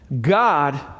God